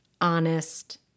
honest